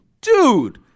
dude